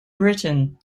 britain